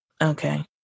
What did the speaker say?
Okay